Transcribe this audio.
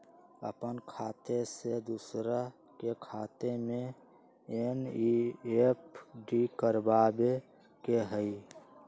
अपन खाते से दूसरा के खाता में एन.ई.एफ.टी करवावे के हई?